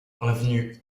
avenue